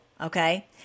okay